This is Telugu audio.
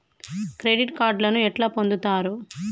క్రెడిట్ కార్డులను ఎట్లా పొందుతరు?